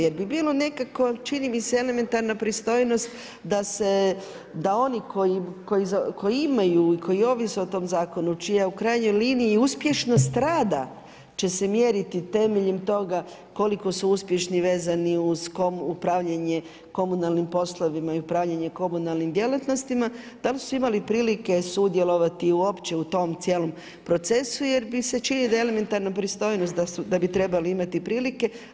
Jer bi bilo nekako, čini mi se elementarna pristojnost, da se, da oni koji imaju i koji ovise o zakonu, čiji u krajnjoj liniji i uspješno strada će se mjeriti temeljem toga koliko su uspješni i vezani uz upravljanje komunalnim poslovima i upravljanje komunalnim djelatnostima, da li su svi imali prilike sudjelovati uopće u tom cijelom procesu, jer mi se čini da elementarna pristojnost, da bi trebala imati prilike.